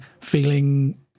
feeling